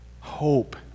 Hope